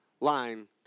line